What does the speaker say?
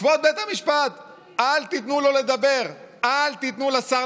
כתבים צעירים בגלי צה"ל נדרשים לפרסם שמועות